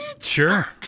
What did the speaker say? Sure